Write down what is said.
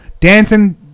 dancing